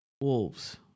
Wolves